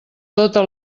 tota